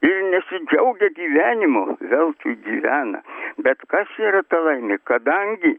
ir nesidžiaugia gyvenimu veltui gyvena bet kas yra ta laimė kadangi